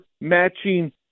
matching